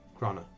Krana